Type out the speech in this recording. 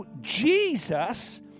Jesus